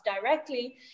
directly